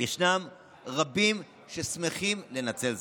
יש רבים ששמחים לנצל זאת.